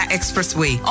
Expressway